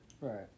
Right